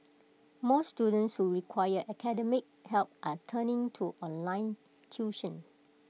more students who require academic help are turning to online tuition